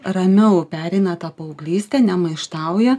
ramiau pereina tą paauglystę nemaištauja